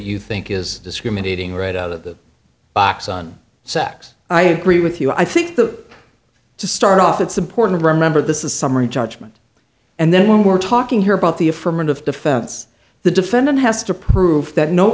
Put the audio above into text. you think is discriminating right out of the box on sex i agree with you i think that to start off it's important to remember this is summary judgment and then we're talking here about the affirmative defense the defendant has to prove that no